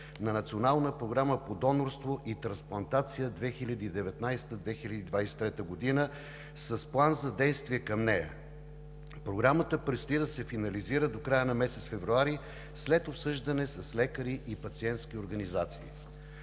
на национална програма по донорство и трансплантация 2019 – 2023 г., с план за действие към нея. Програмата предстои да се финализира до края на месец февруари след обсъждане с лекари и пациентски организации.